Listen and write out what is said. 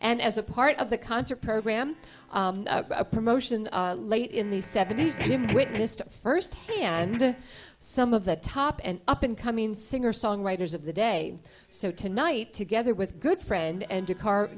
and as a part of the concert program a promotion late in the seventies witnessed first hand some of the top and up and coming singer songwriters of the day so tonight together with good friend and to car